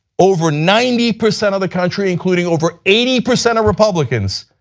over ninety percent of the country, including over eighty percent of republicans,